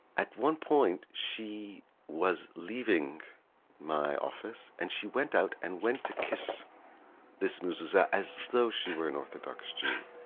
at one point she was leaving my office and she went out and went to kiss this mezzuza as though she were an orthodox jew.